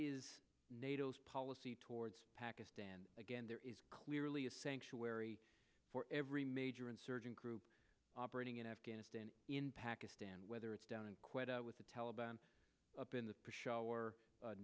is nato's policy towards pakistan again there is clearly a sanctuary for every major insurgent group operating in afghanistan in pakistan whether it's down in quite with the taliban up in the